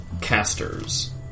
casters